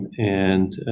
and